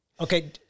Okay